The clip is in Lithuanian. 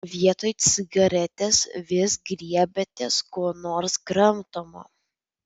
vietoj cigaretės vis griebiatės ko nors kramtomo